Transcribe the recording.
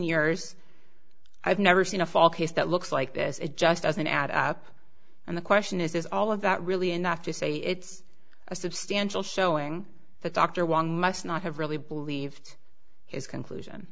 years i've never seen a fall case that looks like this it just doesn't add up and the question is is all of that really enough to say it's a substantial showing that dr wong must not have really believed his conclusion